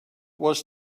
was